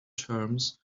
terms